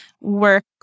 work